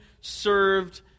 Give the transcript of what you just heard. served